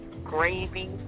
Gravy